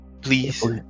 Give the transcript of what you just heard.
please